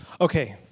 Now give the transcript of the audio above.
Okay